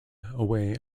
away